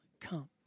come